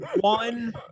one